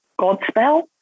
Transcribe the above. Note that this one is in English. Godspell